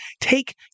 take